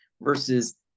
versus